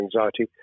anxiety